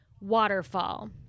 waterfall